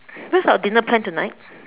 where's our dinner plan tonight